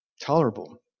tolerable